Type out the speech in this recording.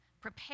prepare